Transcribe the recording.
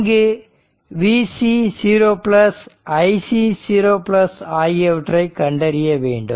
இங்கு Vc 0 Ic 0 ஆகியவற்றை கண்டறிய வேண்டும்